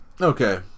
Okay